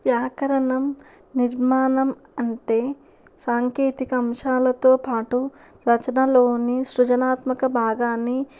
వ్యాకరణం నిర్మాణం అంటే సాంకేతిక అంశాలతో పాటు రచనలోని సృజనాత్మక భాగాన్ని